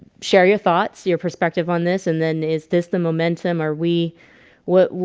share your thoughts your perspective on this and then is this the momentum or we what?